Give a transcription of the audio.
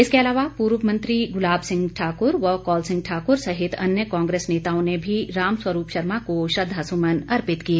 इसके अलावा पूर्व मंत्री गुलाब सिंह ठाकुर व कौल सिंह ठाकुर सहित अन्य कांग्रेस नेताओं ने भी रामस्वरूप शर्मा को श्रद्वासुमन अर्पित किए